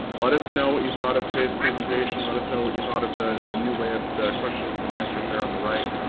let us know what you thought of today's presentation. let us know what you thought of the the new way of the questions and answers there on the right.